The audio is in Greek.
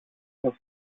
στο